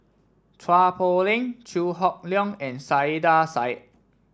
Chua Poh Leng Chew Hock Leong and Saiedah Said